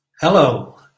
Hello